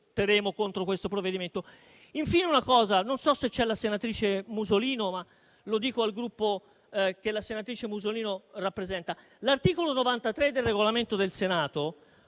contro questo provvedimento. Infine, non so se c'è la senatrice Musolino, ma lo dico al Gruppo che la senatrice Musolino rappresenta. L'articolo 93 del Regolamento del Senato